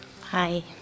Hi